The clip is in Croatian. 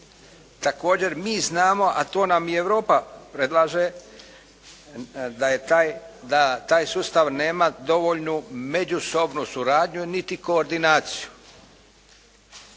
Također mi znamo, a to nam i Europa predlaže da taj sustav nema dovoljnu međusobnu suradnju niti koordinaciju,